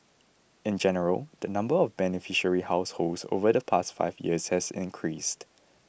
in general the number of beneficiary households over the past five years has increased